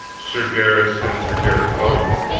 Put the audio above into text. sir gaheris, and sir gareth both